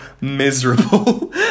miserable